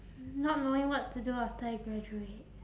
not knowing what to do after I graduate